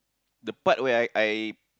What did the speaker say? the part where I I